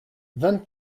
vingt